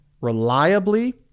reliably